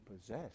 possess